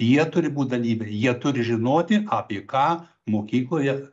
jie turi būt dalyviai jie turi žinoti apie ką mokykloje